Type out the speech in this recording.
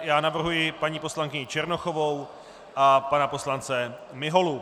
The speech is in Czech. Já navrhuji paní poslankyni Černochovou a pana poslance Miholu.